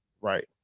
right